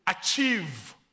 achieve